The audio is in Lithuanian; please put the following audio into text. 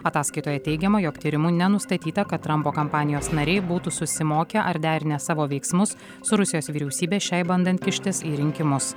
ataskaitoje teigiama jog tyrimu nenustatyta kad trampo kampanijos nariai būtų susimokę ar derinę savo veiksmus su rusijos vyriausybe šiai bandant kištis į rinkimus